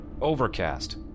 Overcast